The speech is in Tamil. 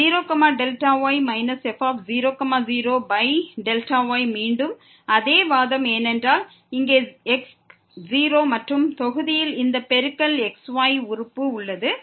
எனவே f0Δy f00Δy மீண்டும் அதே வாதம் ஏனென்றால் இங்கே x 0 மற்றும் x y உறுப்பு நியூமெரேட்டரின் பெருக்கல் விளைவாக இருக்கிறது